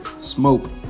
Smoke